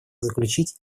заключить